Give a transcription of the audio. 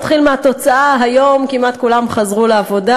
נתחיל מהתוצאה: היום כמעט כולם חזרו לעבודה,